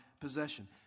possession